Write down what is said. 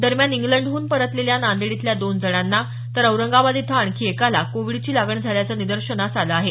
दरम्यान इंग्लंडहन परतलेल्या नांदेड इथल्या दोन जणांना तर औरंगाबाद इथं आणखी एकाला कोविडची लागण झाल्याचं निदर्शनास आलं आहे